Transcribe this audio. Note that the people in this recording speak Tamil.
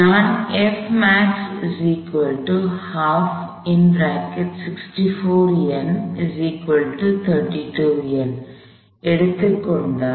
நான் எடுத்து கொண்டால்